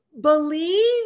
believe